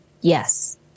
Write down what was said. yes